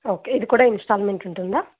okay ఇది కూడా instalment ఉంటుందా